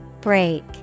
Break